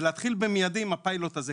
ולהתחיל במיידי עם הפיילוט הזה.